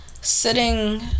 sitting